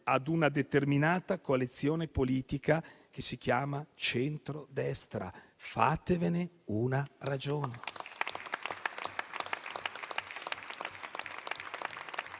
a una determinata coalizione politica, che si chiama centrodestra. Fatevene una ragione.